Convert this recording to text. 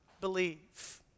believe